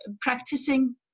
practicing